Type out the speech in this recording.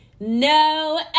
no